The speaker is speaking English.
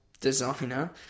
designer